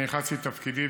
אני נכנסתי לתפקידי,